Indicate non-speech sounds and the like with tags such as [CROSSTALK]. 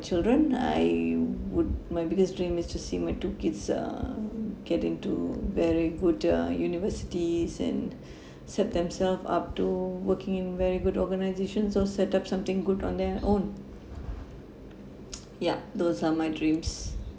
children I would my biggest dream is to see my two kids uh get into very good uh universities and [BREATH] set themself up to working in very good organisation or set up something good on their own [NOISE] ya those are my dreams